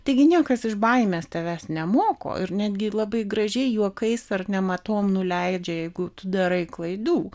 taigi niekas iš baimės tavęs nemoko ir netgi labai gražiai juokais ar nematom nuleidžia jeigu tu darai klaidų